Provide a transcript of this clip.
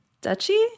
Duchy